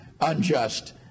unjust